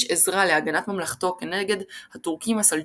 עזרה להגנת ממלכתו כנגד הטורקים הסלג'וקים,